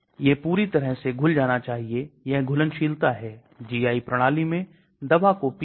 अब कई अन्य कारक है जो सभी दवा समानता गुण की श्रेणी में आते हैं